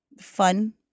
fun